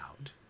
out